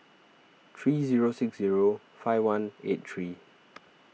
three zero six zero five one eight three